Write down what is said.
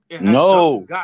No